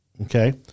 Okay